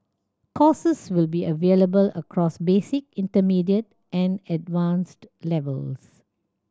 courses will be available across basic intermediate and advanced levels